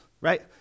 right